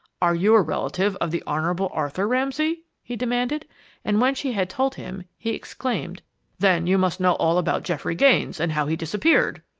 are you a relative of the honorable arthur ramsay? he demanded and when she had told him, he exclaimed then you must know all about geoffrey gaines and how he disappeared!